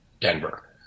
Denver